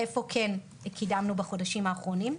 אז איפה כן קידמנו בחודשים האחרונים?